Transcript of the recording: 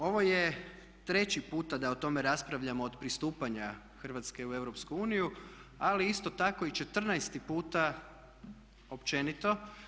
Ovo je treći puta da o tome raspravljamo od pristupanja Hrvatske u EU ali isto tako i 14. puta općenito.